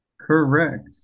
Correct